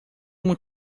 uma